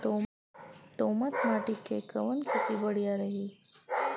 दोमट माटी में कवन खेती बढ़िया रही?